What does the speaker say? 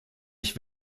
ich